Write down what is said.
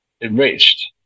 enriched